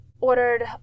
ordered